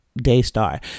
Daystar